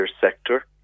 sector